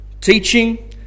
teaching